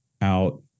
out